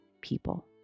people